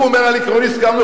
הוא אומר: על העיקרון הסכמנו,